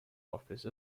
office